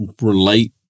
relate